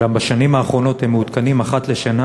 אולם בשנים האחרונות הם מעודכנים אחת לשנה